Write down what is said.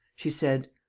she said